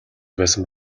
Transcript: байсан